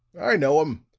i know him.